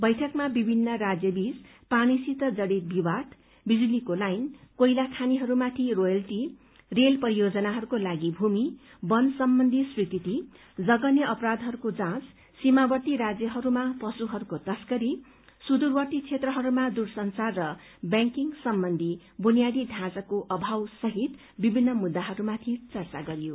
बैठकमा विभिन्न राज्य बीच पानीसित जड़ित विवाद बिजुलीको लाइन कोइला खानीहरूमाथि रोयल्टी रेल परियोजनाहरूको लागि भूमी एवं वन सम्बन्धी स्वीकृति जघन्य अपराधहरूको जाँच सीमावर्ती राज्यहरूमा पशुहरूको तस्करी सुदूरवर्ती क्षेत्रहरूमा दूरसंचार र ब्यांकिंग सम्बन्धी बुनियादी ढाँचाको अभाव सहित विभित्र मुद्दाहरूमाथि चर्चा गरियो